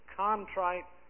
contrite